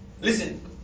Listen